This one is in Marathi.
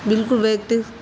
बिलकुल वैयक्तिक